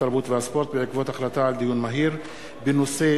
התרבות והספורט בעקבות דיון מהיר בנושא: